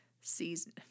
season